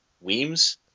Weems